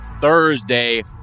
Thursday